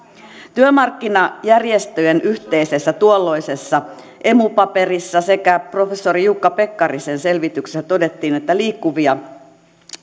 työmarkkinajärjestöjen tuolloisessa yhteisessä emu paperissa sekä professori jukka pekkarisen selvityksessä todettiin että liikkuvia